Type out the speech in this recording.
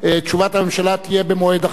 תשובת הממשלה תהיה במועד אחר.